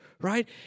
Right